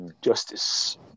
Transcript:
justice